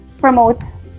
promotes